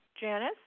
Janice